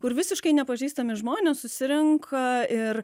kur visiškai nepažįstami žmonės susirenka ir